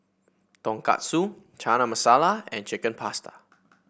Tonkatsu Chana Masala and Chicken Pasta